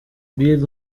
billy